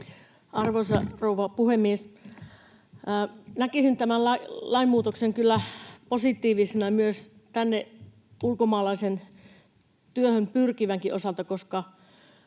Arvoisa rouva puhemies! Näkisin tämän lainmuutoksen kyllä positiivisena myös ulkomaalaisen tänne työhön pyrkivänkin osalta, koska